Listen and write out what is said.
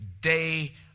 day